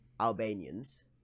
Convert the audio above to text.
albanians